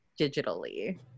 digitally